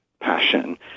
passion